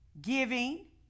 giving